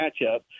matchup